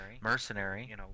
mercenary